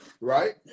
right